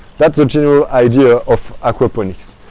that's a general idea of aquaponics.